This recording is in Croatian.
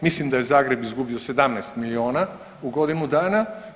Mislim da je Zagreb izgubio 17 milijuna u godinu dana.